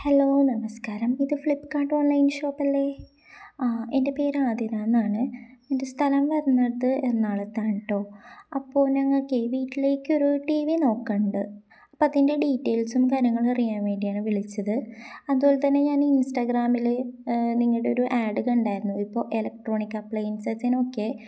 hello നമസ്കാരം ഇത് Flipkart online ഷോപ്പല്ലേ ആ എൻ്റെ പേര് ആതിര എന്നാണ് എൻ്റെ സ്ഥലം വരുന്നത് എർണാകുളത്താണ് കേട്ടോ അപ്പോൾ ഞങ്ങൾക്കെ വീട്ടിലേക്കൊരു ടി വി നോക്കുന്നുണ്ട് അപ്പം അതിൻ്റെ ഡീറ്റെയിൽസും കാര്യങ്ങളും അറിയാൻ വേണ്ടിയാണ് വിളിച്ചത് അതുപോലെ തന്നെ ഞാൻ ഇൻസ്റ്റാഗ്രാമിൽ നിങ്ങളുടെ ഒരു ആഡ് കണ്ടായിരുന്നു ഇപ്പോൾ ഇലക്ട്രോണിക് അപ്ലയൻസസിനൊക്കെ